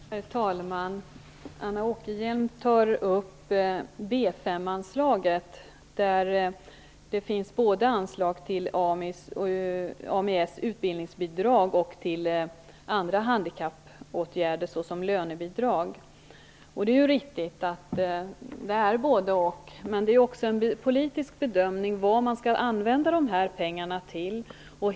Herr talman! Anna Åkerhielm tog upp B 5 anslaget, där det ingår pengar till AMI:s utbildningsbidrag och andra handikappåtgärder såsom lönebidrag. Det är ju riktigt att det är fråga om både-och. Men det är också en politisk bedömning vad man skall använda dessa pengar till.